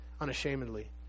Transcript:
unashamedly